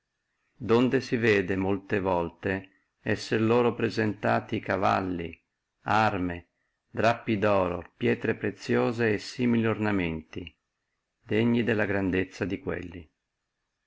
donde si vede molte volte essere loro presentati cavalli arme drappi doro prete preziose e simili ornamenti degni della grandezza di quelli